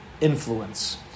influence